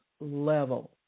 level